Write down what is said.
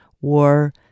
war